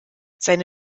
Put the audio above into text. seine